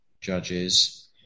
judges